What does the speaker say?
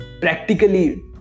practically